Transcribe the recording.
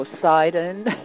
Poseidon